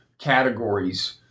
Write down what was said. categories